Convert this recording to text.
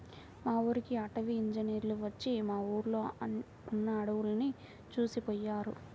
మా ఊరికి అటవీ ఇంజినీర్లు వచ్చి మా ఊర్లో ఉన్న అడువులను చూసిపొయ్యారు